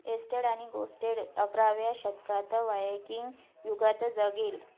एस्टेड आणि गोस्टेड अकराव्या शतकात वायकिंग युगात जगले